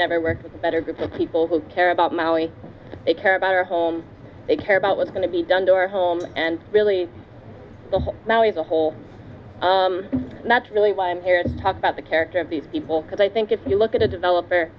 never worked with a better group of people who care about mowing they care about our home they care about what's going to be done to our home and really now as a whole and that's really why i'm here to talk about the character of these people because i think if you look at a developer